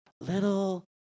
Little